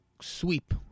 sweep